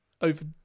over